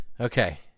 Okay